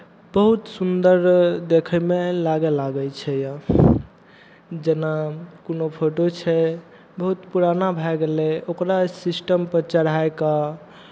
बहुत सुन्दर देखयमे लागय लागै छै जेना कोनो फोटो छै बहुत पुराना भए गेलै ओकरा सिस्टमपर चढ़ाय कऽ